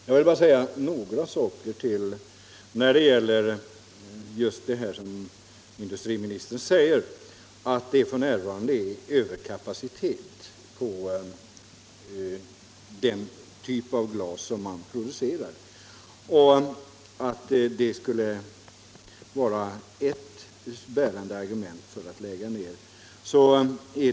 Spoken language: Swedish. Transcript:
Jag vill bara säga några saker om industriministerns påstående att det f.n. finns en överkapacitet i fråga om produktion av den här typen av glas och att det skulle vara ett bärande argument för att lägga ned driften.